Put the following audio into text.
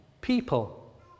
people